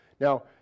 Now